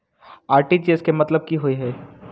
RTGS केँ मतलब की होइ हय?